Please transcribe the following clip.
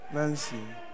Nancy